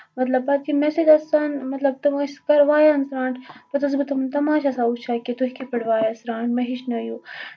مطلب پَتہٕ یِم مےٚ سۭتۍ آسان تِم ٲسۍ مطلب وایان سرانٹھ پَتہٕ ٲسٕس بہٕ تِمن تَماشہٕ آسان وُچھان کہِ تُہۍ کِتھ پٲٹھۍ وایان سرانٹھ مےٚ ہٮ۪چھنایو